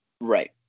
Right